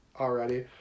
already